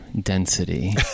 density